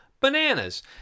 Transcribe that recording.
bananas